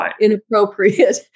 inappropriate